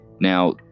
Now